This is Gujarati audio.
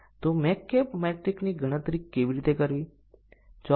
અને બેઝીક કન્ડીશનએ નિર્ણયના પરિણામને અસર કરવી જોઈએ